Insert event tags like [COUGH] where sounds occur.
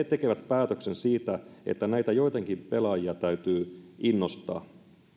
[UNINTELLIGIBLE] tekee päätöksen siitä että näitä joitakin pelaajia täytyy innostaa